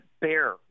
bear